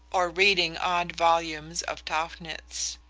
or reading odd volumes of tauchnitz.